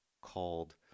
called